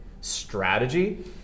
strategy